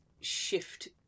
shift